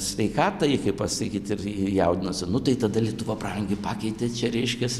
sveikatai kaip pasakyt ir ir jaudinosi nu tai tada lietuva brangi pakeitė čia reiškias